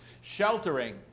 sheltering